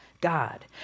God